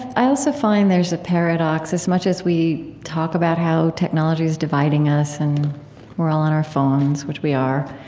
i also find there's a paradox, as much as we talk about how technology is dividing us, and we're all on our phones, which we are.